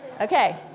Okay